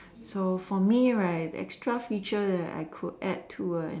so for me right extra feature that I could add to A